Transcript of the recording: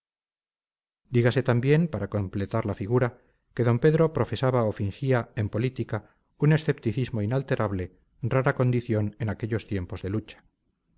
dígase también para completar la figura que d pedro profesaba o fingía en política un escepticismo inalterable rara condición en aquellos tiempos de lucha